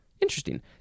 interesting